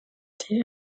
été